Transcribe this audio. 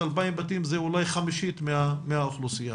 אולי חמישית מהאוכלוסייה.